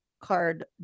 card